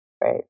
Right